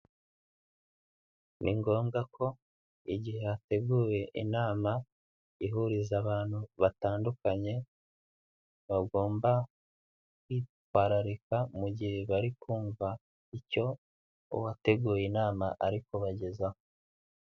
Ni ngombwa ko igihe hateguwe inama ihuriza abantu batandukanye, bagomba kwitwararika mu gihe bari kumva icyo uwateguye inama ari kubagezaho.